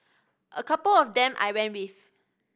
a couple of them I ran with